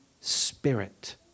spirit